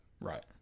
Right